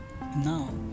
Now